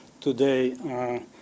today